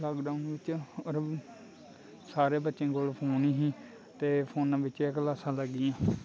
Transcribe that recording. lockdown बिच्च सारें बच्चें कोल फोन गै हे ते फोनै बिच्च गै क्लासां लगदियां हियां